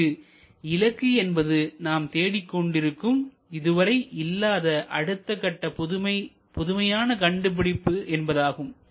இங்கு இலக்கு என்பது நாம் தேடிக் கொண்டிருக்கும் இதுவரை இல்லாத அடுத்தகட்ட புதுமையான கண்டுபிடிப்பு என்பதாகும்